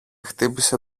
χτύπησε